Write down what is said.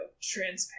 transparent